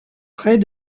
près